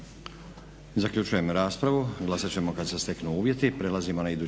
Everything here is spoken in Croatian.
Zaključujem raspravu. Glasat ćemo kad se steknu uvjeti. **Leko, Josip